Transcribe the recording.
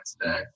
today